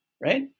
right